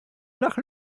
nach